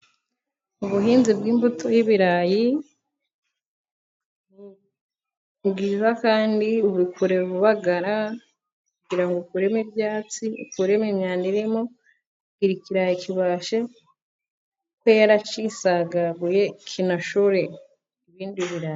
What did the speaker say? Ubuhinzi bw'imbuto y'ibirayi ni bwiza kandi ubukorera ibagara kugira ngo ukuremo ibyatsi, ukuremo imyanda irimo, kugira ngo ikirayi kibashe kwera cyisagaguye kinashore ibindi birarayi.